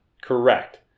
Correct